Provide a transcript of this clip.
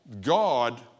God